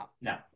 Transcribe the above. no